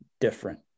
different